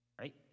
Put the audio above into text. right